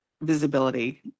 Visibility